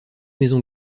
maison